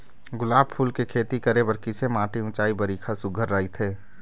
गुलाब फूल के खेती करे बर किसे माटी ऊंचाई बारिखा सुघ्घर राइथे?